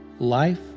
Life